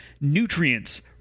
nutrients